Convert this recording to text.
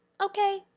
Okay